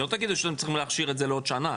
שלא תגידו שאתם צריכים לעשות הכשרה של שנה?